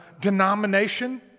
denomination